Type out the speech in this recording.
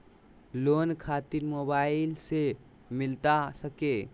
Loan खातिर mobile से मिलता सके?